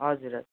हजुर हजुर